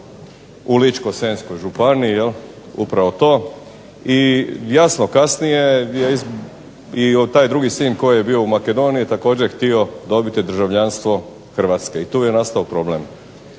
u Ličko-senjskoj županiji upravo to. I jasno kasnije taj drugi sin koji je bio u Makedoniji također je htio dobiti državljanstvo Hrvatske. I tu je nastao problem.